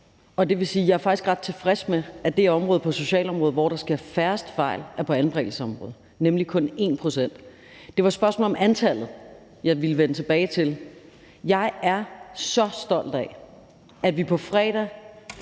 er ret tilfreds med, at det område på socialområdet, hvor der sker færrest fejl, er på anbringelsesområdet, nemlig kun 1 pct. Det var spørgsmålet om antallet, jeg ville vende tilbage til. Jeg er så stolt af, at vi på fredag